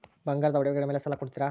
ಬಂಗಾರದ ಒಡವೆಗಳ ಮೇಲೆ ಸಾಲ ಕೊಡುತ್ತೇರಾ?